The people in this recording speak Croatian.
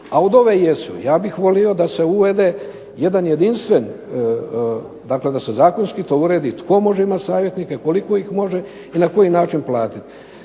a od ove jesu. Ja bih volio da se uvede jedan jedinstven, dakle da se zakonski to uredi tko može imat savjetnike, koliko ih može i na koji način platiti.